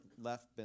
left